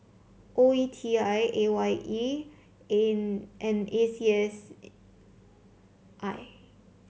O E T I A Y E and A C S I